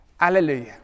alleluia